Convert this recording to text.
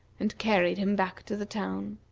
and carried him back to the town.